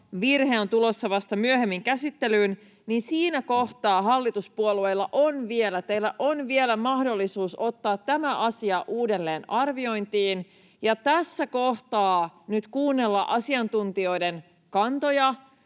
virhe on tulossa vasta myöhemmin käsittelyyn, niin siinä kohtaa hallituspuolueilla on vielä — teillä on vielä — mahdollisuus ottaa tämä asia uudelleen arviointiin ja tässä kohtaa nyt kuunnella asiantuntijoiden kantoja,